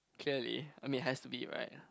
clearly I mean it has to be right